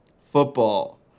Football